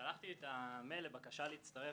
ורצה לשאול.